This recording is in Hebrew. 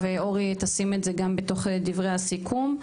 ואורי תשים גם את זה בתוך דברי הסיכום.